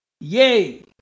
Yay